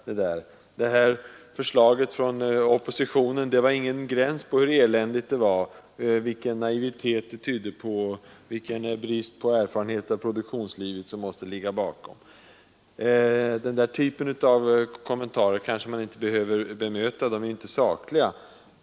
Det var ingen gräns för hur eländigt det här förslaget från oppositionen om statligt stöd var, vilken naivitet det tydde på och vilken brist på erfarenhet av produktionslivet som måste ligga bakom. Den där typen av kommentarer kanske man inte behöver bemöta. De är inte sakliga.